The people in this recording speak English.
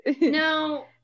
No